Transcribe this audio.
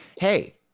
Hey